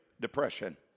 depression